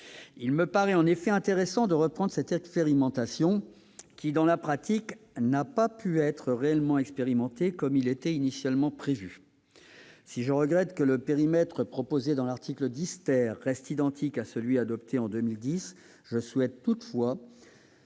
Il me paraît en effet intéressant de reprendre cette expérimentation qui, dans la pratique, n'a pas pu être réellement testée comme cela était initialement prévu. Si je regrette que le périmètre proposé dans l'article 10 reste identique à celui adopté en 2010, je souhaite que